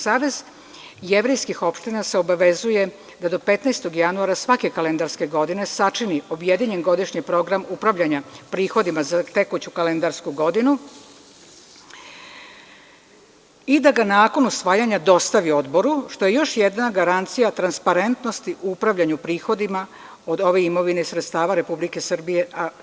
Savez jevrejskih opština se obavezuje da do 15. januara svake kalendarske godine sačini objedinjen godišnji program upravljanja prihodima za tekuću kalendarsku godinu i da ga nakon usvajanja dostavi Odboru, što je još jedna garancija transparentnosti u upravljanju prihodima od ove imovine i sredstava Republike Srbije.